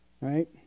Right